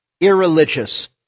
irreligious